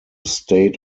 state